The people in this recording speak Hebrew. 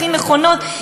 הכי נכונות,